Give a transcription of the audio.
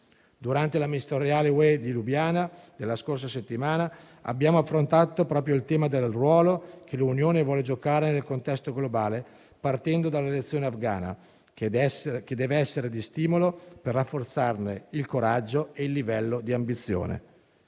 Durante la riunione ministeriale UE di Lubiana della scorsa settimana abbiamo affrontato proprio il tema del ruolo che l'Unione vuole giocare nel contesto globale, partendo dalla lezione afghana, che deve essere di stimolo per rafforzarne il coraggio e il livello di ambizione.